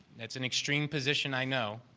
that's an extreme position i know,